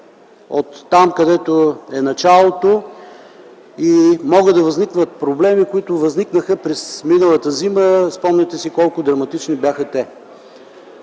там, където е началото му. Могат да възникнат проблеми, както възникнаха миналата зима, спомняте си колко драматични бяха те.